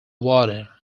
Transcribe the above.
water